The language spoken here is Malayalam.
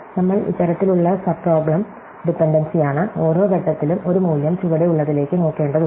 നമ്മൾ ഇത്തരത്തിലുള്ള സബ്പ്രൊബ്ലം ഡിപൻഡൻസിയാണ് ഓരോ ഘട്ടത്തിലും ഒരു മൂല്യം ചുവടെയുള്ളതിലേക്ക് നോക്കേണ്ടതുണ്ട്